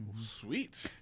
Sweet